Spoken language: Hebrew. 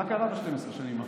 מה קרה ב-12 שנים האחרונות,